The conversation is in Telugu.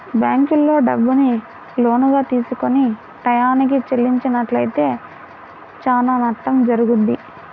బ్యేంకుల్లో డబ్బుని లోనుగా తీసుకొని టైయ్యానికి చెల్లించనట్లయితే చానా నష్టం జరుగుద్ది